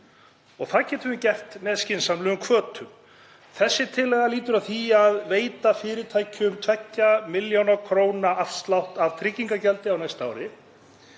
Það getum við gert með skynsamlegum hvötum. Þessi tillaga lýtur að því að veita fyrirtækjum 2 millj. kr. afslátt af tryggingagjaldi á næsta ári.